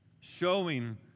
showing